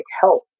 health